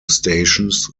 stations